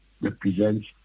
represents